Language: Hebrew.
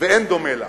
ואין דומה לה.